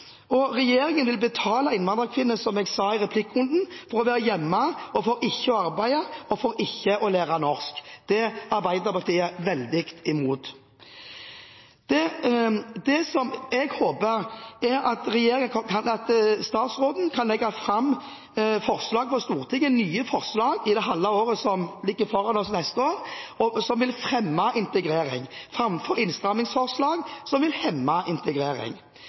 Regjeringen vil, som jeg sa i replikkrunden, betale innvandrerkvinner for å være hjemme, for ikke å arbeide og for ikke å lære norsk. Det er Arbeiderpartiet veldig imot. Det jeg håper, er at statsråden kan legge fram nye forslag for Stortinget i det halve året som ligger foran oss neste år, som vil fremme integrering, framfor innstrammingsforslag som vil hemme integrering.